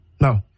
no